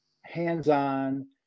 hands-on